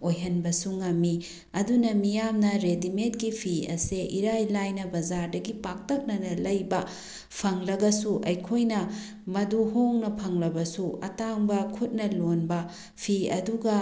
ꯑꯣꯏꯍꯟꯕꯁꯨ ꯉꯝꯃꯤ ꯑꯗꯨꯅ ꯃꯤꯌꯥꯝꯅ ꯔꯦꯗꯤꯃꯦꯗꯀꯤ ꯐꯤ ꯑꯁꯦ ꯏꯔꯥꯏ ꯂꯥꯏꯅ ꯕꯖꯥꯔꯗꯒꯤ ꯄꯥꯛꯇꯛꯅꯅ ꯂꯩꯕ ꯐꯪꯂꯒꯁꯨ ꯑꯩꯈꯣꯏꯅ ꯃꯗꯨ ꯍꯣꯡꯅ ꯐꯪꯂꯕꯁꯨ ꯑꯇꯥꯡꯕ ꯈꯨꯠꯅ ꯂꯣꯟꯕ ꯐꯤ ꯑꯗꯨꯒ